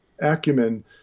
acumen